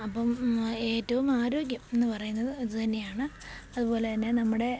അപ്പോള് ഏറ്റവും ആരോഗ്യമെന്നു പറയുന്നത് ഇതു തന്നെയാണ് അതുപോലെതന്നെ നമ്മുടെ